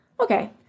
Okay